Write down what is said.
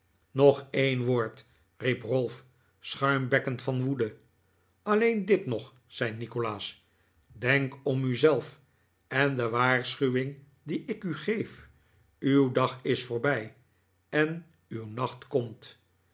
nog een woord riep ralph schuimbekkend van woede alleen dit nog zei nikolaas denk om u zelf en de waarschuwing die ik u geef uw dag is voorbij en uw nacht komt